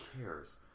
cares